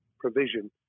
provision